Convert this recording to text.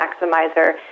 Maximizer